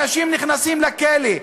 אנשים נכנסים לכלא,